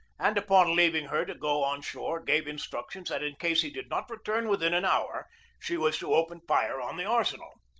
and upon leaving her to go on shore gave in structions that in case he did not return within an hour she was to open fire on the arsenal.